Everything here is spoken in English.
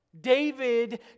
David